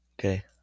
Okay